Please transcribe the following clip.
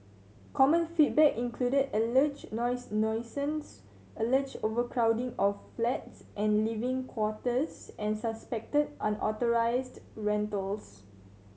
common feedback included alleged noise nuisance alleged overcrowding of flats and living quarters and suspected unauthorised rentals